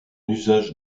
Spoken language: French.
usage